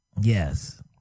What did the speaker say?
Yes